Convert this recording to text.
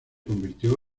convirtió